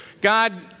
God